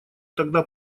тогда